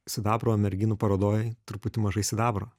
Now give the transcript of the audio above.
sidabro merginų parodoj truputį mažai sidabro